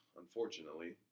unfortunately